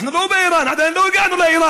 אנחנו לא באיראן, עדיין לא הגענו לאיראן.